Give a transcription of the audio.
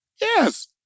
Yes